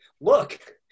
look